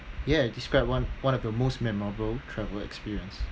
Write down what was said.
ya describe one one of your most memorable travel experience